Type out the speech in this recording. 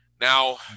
now